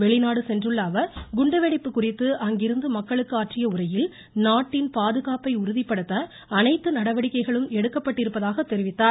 வெளிநாடு சென்றுள்ள அவர் குண்டு வெடிப்பு குறித்து அங்கிருந்து மக்களுக்கு ஆற்றிய உரையில் நாட்டின் பாதுகாப்பை உறுதிபடுத்த அனைத்து நடவடிக்கைகளும் எடுக்கப்பட்டிருப்பதாக தெரிவித்தார்